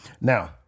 Now